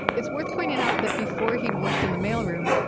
it's worth pointing out that before he'd worked in the mailroom,